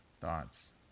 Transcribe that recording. thoughts